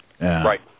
Right